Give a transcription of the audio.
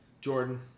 Jordan